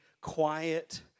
quiet